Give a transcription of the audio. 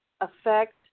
affect